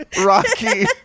Rocky